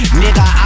nigga